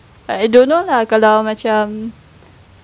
but I don't know lah kalau macam